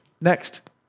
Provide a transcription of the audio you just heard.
Next